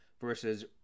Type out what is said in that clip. versus